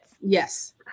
Yes